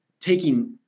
taking